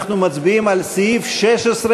אנחנו מצביעים על סעיף 16,